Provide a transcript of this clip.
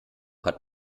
hat